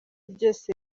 byose